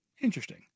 Interesting